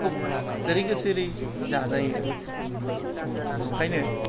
खुब जेरै गोसो ओरै जाजायो आरोखि ओंखायनो